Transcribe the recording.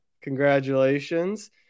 Congratulations